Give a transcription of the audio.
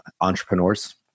entrepreneurs